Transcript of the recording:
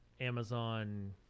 Amazon